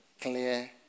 clear